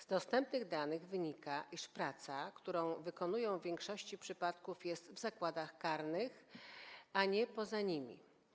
Z dostępnych danych wynika, iż praca, którą wykonują, w większości przypadków jest w zakładach karnych, a nie poza nimi.